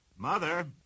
Mother